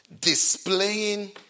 displaying